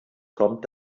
kommt